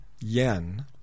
yen